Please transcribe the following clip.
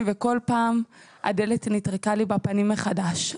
וכל פעם הדלת נטרקה לי בפנים מחדש.